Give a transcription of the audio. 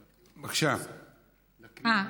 בבקשה.